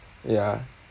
ya